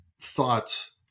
thoughts